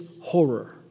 horror